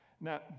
Now